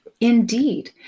Indeed